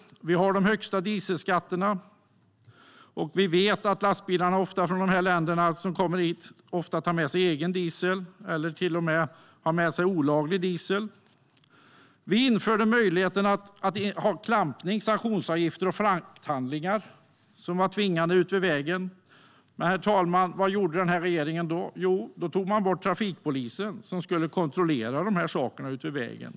Vi har de högsta dieselskatterna. Vi vet att lastbilarna från de länder som kommer hit ofta tar med sig egen diesel eller till och med har med sig olaglig diesel. Vi införde möjligheten till klampning, sanktionsavgifter och krav på frakthandlingar på vägen. Men, herr talman, vad gjorde den här regeringen då? Jo, då tog man bort trafikpolisen, som skulle kontrollera detta utmed vägen.